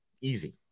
easy